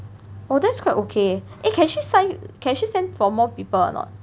well that's quite okay eh can she sign can she sign for more people or not